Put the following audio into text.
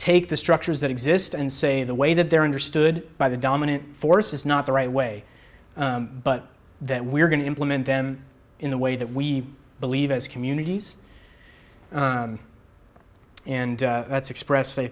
ake the structures that exist and say the way that they're understood by the dominant force is not the right way but that we're going to implement them in the way that we believe as communities and that's express